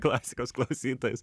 klasikos klausytojus